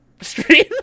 stream